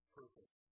purpose